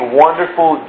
wonderful